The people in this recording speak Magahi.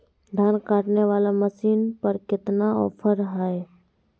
धान काटने वाला मसीन पर कितना ऑफर हाय?